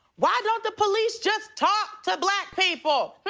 why don't the police just talk to black people,